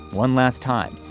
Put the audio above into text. one last time.